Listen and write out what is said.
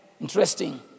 Interesting